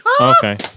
Okay